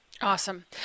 Awesome